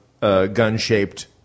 gun-shaped